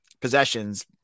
possessions